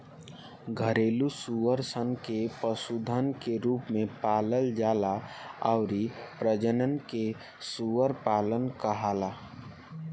घरेलु सूअर सन के पशुधन के रूप में पालल जाला अउरी प्रजनन के सूअर पालन कहाला